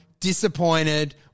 ...disappointed